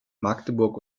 magdeburg